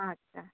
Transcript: আচ্ছা